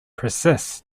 persists